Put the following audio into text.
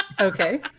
Okay